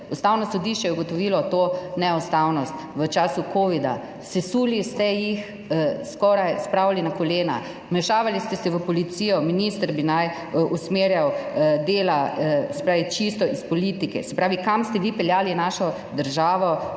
Ustavno sodišče je ugotovilo to neustavnost v času covida, sesuli ste jih, skoraj spravili na kolena, vmešavali ste se v policijo, minister bi naj usmerjal dela, se pravi, čisto iz politike. Se pravi, kam ste vi peljali našo državo,